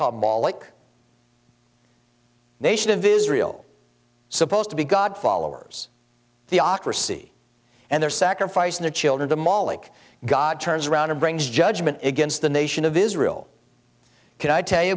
called ball like nation of israel supposed to be god followers theocracy and their sacrifice their children to moloch god turns around and brings judgment against the nation of israel can i tell y